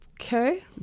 Okay